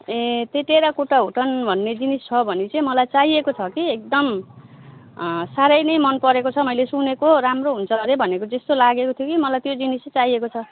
ए त्यो टेराकोटा हुडन भन्ने जिनिस छ भने चाहिँ मलाई चाहिएको छ कि एकदम साह्रै नै मनपरेको छ मैले सुनेको राम्रो हुन्छ अरे भनेको जस्तो लागेको थियो कि मलाई त्यो जिनिस चाहिँ चाहिएको छ